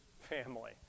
family